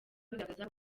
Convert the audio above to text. bigaragaza